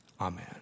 Amen